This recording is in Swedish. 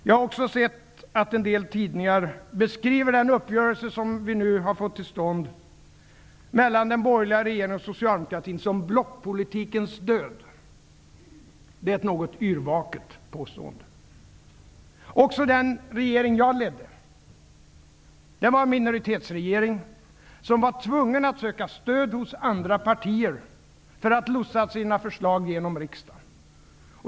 Jag har också sett att en del tidningar beskriver den uppgörelse som vi nu har fått till stånd mellan den borgerliga regeringen och socialdemokraterna som blockpolitikens död. Det är ett något yrvaket påstående. Också den regering jag ledde var en minoritetsregering som var tvungen att söka stöd hos andra partier för att lotsa sina förslag genom riksdagen.